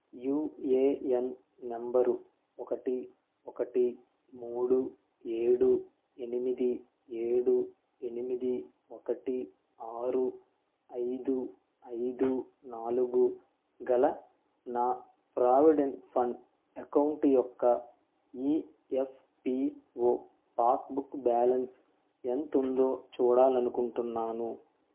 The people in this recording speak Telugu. యూఏఎన్ నంబరు ఒకటి ఒకటి మూడు ఏడు ఎనిమిది ఏడు ఎనిమిది ఒకటి ఆరు ఐదు ఐదు నాలుగు గల నా ప్రావిడెంట్ ఫండ్ అకౌంట్ యొక్క ఈఎఫ్పిఓ పాస్బుక్ బ్యాలెన్స్ ఎంతుందో చూడాలనుకుంటున్నాను